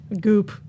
Goop